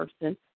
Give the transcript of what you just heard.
person